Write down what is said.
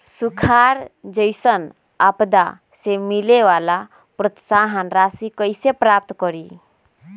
सुखार जैसन आपदा से मिले वाला प्रोत्साहन राशि कईसे प्राप्त करी?